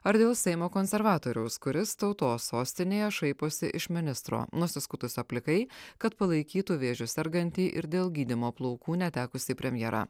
ar dėl seimo konservatoriaus kuris tautos sostinėje šaiposi iš ministro nusiskutusio plikai kad palaikytų vėžiu sergantį ir dėl gydymo plaukų netekusi premjera